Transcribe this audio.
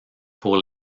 pour